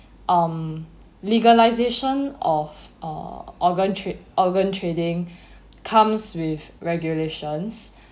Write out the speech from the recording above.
um legalisation of err organ trade organ trading comes with regulations